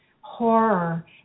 horror